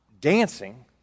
dancing